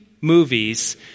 movies